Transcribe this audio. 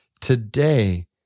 today